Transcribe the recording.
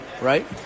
right